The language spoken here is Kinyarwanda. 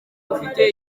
ufite